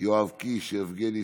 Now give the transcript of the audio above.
יואב קיש, יבגני סובה,